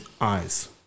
eyes